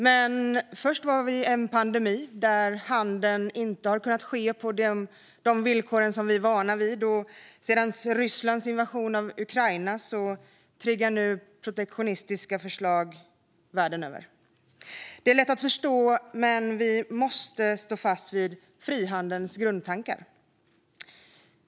Men först hade vi en pandemi där handeln inte har kunnat ske på de villkor som vi är vana vid, och nu triggar Rysslands invasion av Ukraina protektionistiska förslag världen över. Det är lätt att förstå, men vi måste stå fast vid frihandelns grundtankar.